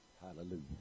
Hallelujah